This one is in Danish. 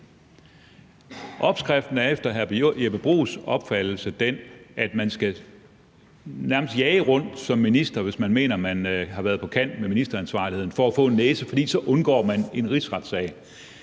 Opskriften er efter hr. Jeppe Bruus' opfattelse den, at man som minister, hvis man mener, man har været på kant af ministeransvarlighedsloven, nærmest skal jage rundt for at få en næse, for så undgår man en rigsretssag.